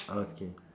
okay